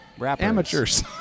amateurs